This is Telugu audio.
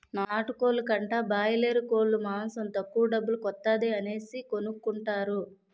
నాటుకోలు కంటా బాయలేరుకోలు మాసం తక్కువ డబ్బుల కొత్తాది అనేసి కొనుకుంటారు